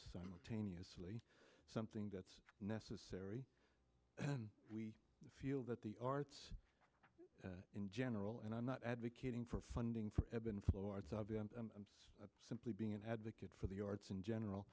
simultaneously something that's necessary and we feel that the arts in general and i'm not advocating for funding for eben florence of m and simply being an advocate for the arts in general